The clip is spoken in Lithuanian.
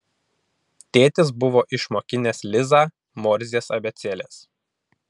tėtis buvo išmokinęs lizą morzės abėcėlės